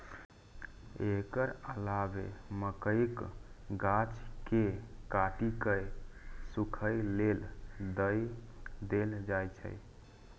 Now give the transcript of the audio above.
एकर अलावे मकइक गाछ कें काटि कें सूखय लेल दए देल जाइ छै